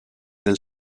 del